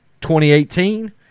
2018